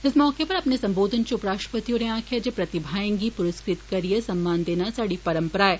इस मौके उप्पर अपने सम्बोधन च राष्ट्रपति होरें आक्खेआ जे प्रतिभाएं गी पुरस्कृत करिए सम्मान देना साडी परम्परा ऐ